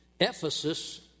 Ephesus